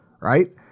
right